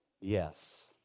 yes